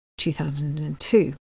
2002